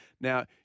Now